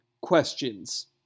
questions